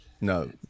No